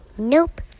Nope